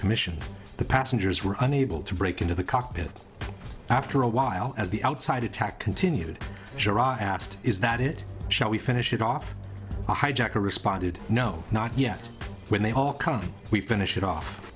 commission the passengers were unable to break into the cockpit after a while as the outside attack continued asked is that it shall we finish it off the hijacker responded no not yet when they all come we finish it off